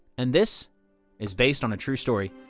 and this is based on a true story.